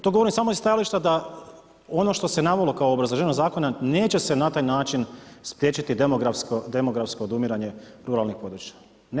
To govorim samo iz stajališta da ono što se navelo kao obrazloženje zakona neće se na taj način spriječiti demografsko odumiranje ruralnih područja.